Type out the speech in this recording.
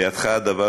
בידך הדבר.